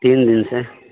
تین دن سے